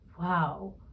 wow